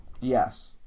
Yes